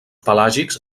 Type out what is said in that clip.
pelàgics